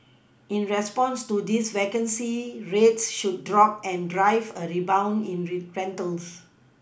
in response to this vacancy rates should drop and drive a rebound in rentals